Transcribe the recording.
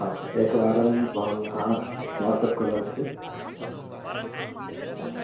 आम् एकवारं भवन्तः वट्सप् कुर्वन्ति चेत् पश्यामः हा